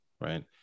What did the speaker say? right